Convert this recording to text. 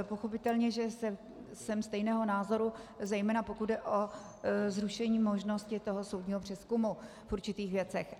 Pochopitelně že jsem stejného názoru, zejména pokud jde o zrušení možnosti soudního přezkumu v určitých věcech.